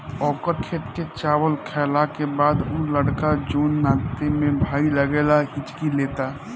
ओकर खेत के चावल खैला के बाद उ लड़का जोन नाते में भाई लागेला हिच्की लेता